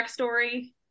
backstory